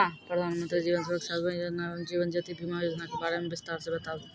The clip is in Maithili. प्रधान मंत्री जीवन सुरक्षा बीमा योजना एवं जीवन ज्योति बीमा योजना के बारे मे बिसतार से बताबू?